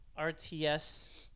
RTS